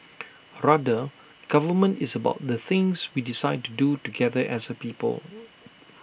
rather government is about the things we decide to do together as A people